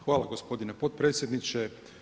Hvala gospodine potpredsjedniče.